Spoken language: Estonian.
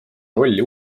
rolli